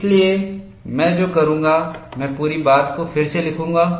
इसलिए मैं जो करूंगा मैं पूरी बात को फिर से लिखूंगा